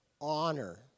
honor